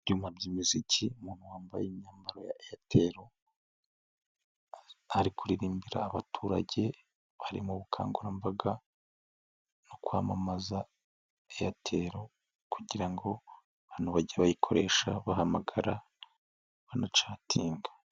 Ibyuma by'imiziki umuntu wambaye imyambaro ya Airtel, ari kuririmbira abaturage bari mu bukangurambaga, no kwamamaza Airtel kugira ngo abantu bajye bayikoresha, bahamagara banacatinga.